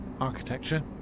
architecture